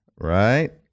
right